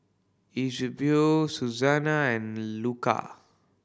Eusebio Susanna and Luca